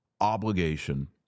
obligation